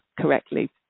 correctly